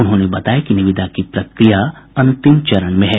उन्होंने बताया कि निविदा की प्रक्रिया अंतिम चरण में है